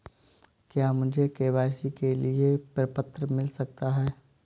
क्या मुझे के.वाई.सी के लिए प्रपत्र मिल सकता है?